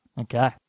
Okay